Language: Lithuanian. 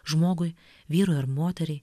žmogui vyrui ar moteriai